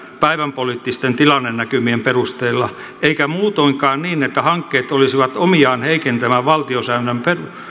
päivänpoliittisten tilannenäkymien perusteella eikä muutoinkaan niin niin että hankkeet olisivat omiaan heikentämään valtiosäännön